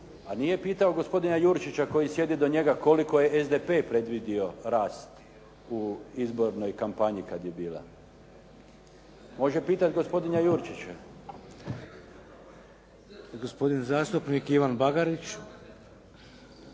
a nije pitao gospodina Jurčića koji sjedi do njega koliko je SDP predvidio rast u izbornoj kampanji kada je bila. Može pitati gospodina Jurčića. **Šeks, Vladimir (HDZ)** Gospodin zastupnik Ivan Bagarić.